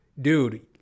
dude